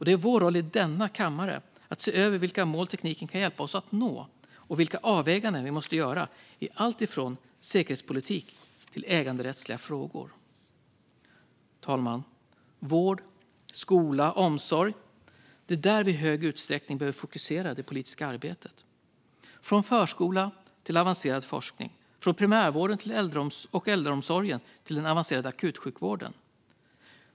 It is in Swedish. Det är vår roll i denna kammare att se över vilka mål tekniken kan hjälpa oss att nå och vilka avväganden vi måste göra i allt från säkerhetspolitik till äganderättsliga frågor. Herr talman! Det är inom vård, skola och omsorg som vi i hög utsträckning behöver fokusera det politiska arbetet - från förskola till avancerad forskning, från primärvården och äldreomsorgen till den avancerade akutsjukvården.